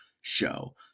show